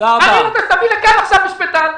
תביא לכאן עכשיו משפטן,